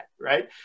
right